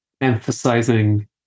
emphasizing